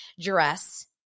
dress